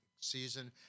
season